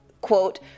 quote